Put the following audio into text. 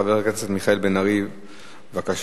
חבר הכנסת מיכאל בן-ארי, בבקשה.